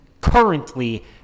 currently